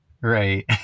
Right